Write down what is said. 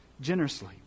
generously